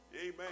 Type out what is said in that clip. Amen